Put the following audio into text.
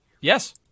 Yes